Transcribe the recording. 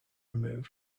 removed